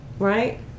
Right